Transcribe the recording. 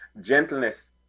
gentleness